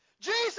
Jesus